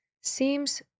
seems